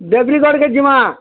ଡ଼େବ୍ରିଗଡ଼୍କେ ଯିମାଁ